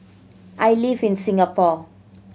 I live in Singapore